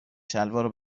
شلوارو